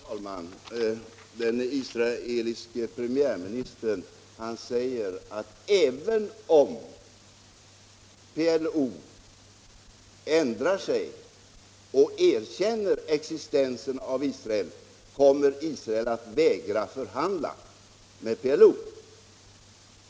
Herr talman! Den israeliske premiärministern säger, att även om PLO ändrar sig och erkänner Israels existens, så kommer Israel att vägra att förhandla med PLO.